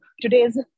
Today's